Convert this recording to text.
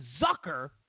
Zucker